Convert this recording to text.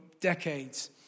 decades